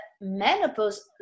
menopause